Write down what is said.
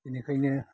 बेनिखायनो